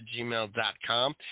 gmail.com